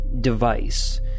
device